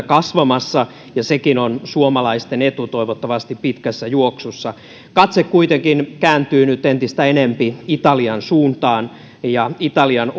kasvamassa ja sekin on suomalaisten etu toivottavasti pitkässä juoksussa katse kuitenkin kääntyy nyt entistä enempi italian suuntaan ja italian